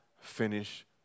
finish